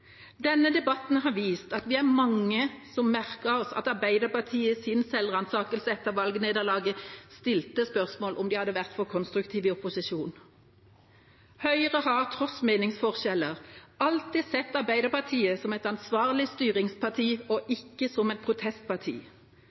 Denne debatten har vist at vi er mange som merket oss at Arbeiderpartiet i sin selvransakelse etter valgnederlaget stilte spørsmål om de hadde vært for konstruktive i opposisjon. Høyre har tross meningsforskjeller alltid sett på Arbeiderpartiet som et ansvarlig styringsparti, ikke som et protestparti.